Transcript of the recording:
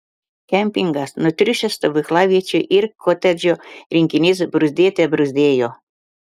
kempingas nutriušęs stovyklaviečių ir kotedžų rinkinys bruzdėte bruzdėjo